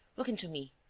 look into me,